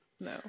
no